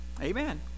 Amen